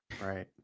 Right